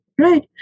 right